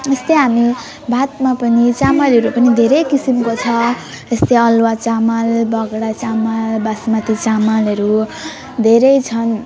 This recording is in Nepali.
यस्तै हामी भातमा पनि चामलहरू पनि धेरै किसिमको छ यस्तै अलुवा चामल बगडा चामल बासमती चामलहरू धेरै छन्